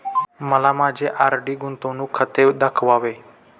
मला माझे आर.डी गुंतवणूक खाते दाखवावे